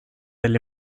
del